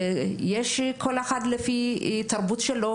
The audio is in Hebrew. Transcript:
כל אחד לפי התרבות שלו,